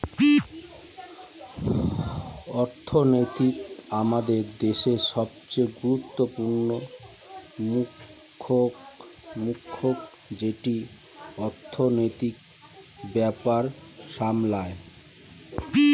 অর্থমন্ত্রক আমাদের দেশের সবচেয়ে গুরুত্বপূর্ণ মন্ত্রক যেটি অর্থনীতির ব্যাপার সামলায়